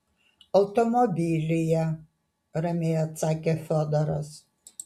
automobilyje ramiai atsakė fiodoras